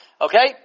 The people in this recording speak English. Okay